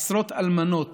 עשרות אלמנות